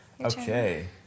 Okay